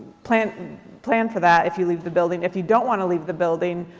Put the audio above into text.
plan plan for that if you leave the building. if you don't want to leave the building,